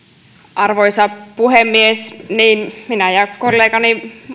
arvoisa puhemies niin esimerkiksi minä ja kollegani